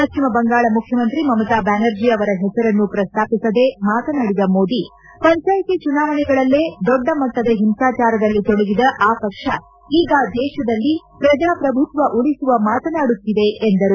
ಪಶ್ಚಿಮ ಬಂಗಾಳ ಮುಖ್ಚಿಮಂತ್ರಿ ಮಮತಾ ಬ್ದಾನರ್ಜಿ ಅವರ ಹೆಸರನ್ನು ಪ್ರಸ್ತಾಪಿಸದೆ ಮಾತನಾಡಿದ ಮೋದಿ ಪಂಚಾಯತಿ ಚುನಾವಣೆಗಳಲ್ಲೇ ದೊಡ್ಡ ಮಟ್ಟದ ಹಿಂಸಾಚಾರದಲ್ಲಿ ತೊಡಗಿದ ಆ ಪಕ್ಷ ಈಗ ದೇಶದಲ್ಲಿ ಪ್ರಜಾಪ್ರಭುತ್ವ ಉಳಿಸುವ ಮಾತನಾಡುತ್ತಿದೆ ಎಂದರು